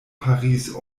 paris